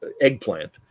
eggplant